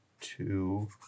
two